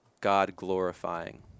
God-glorifying